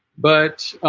but